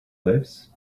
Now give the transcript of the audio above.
lives